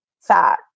fat